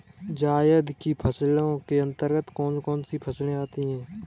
जायद की फसलों के अंतर्गत कौन कौन सी फसलें आती हैं?